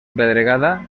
pedregada